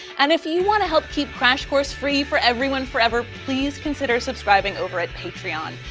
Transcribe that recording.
and if you wanna help keep crash course free for everyone forever, please consider subscribing over at patreon.